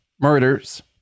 murders